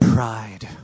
Pride